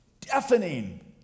Deafening